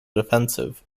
defensive